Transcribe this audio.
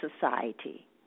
Society